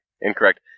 incorrect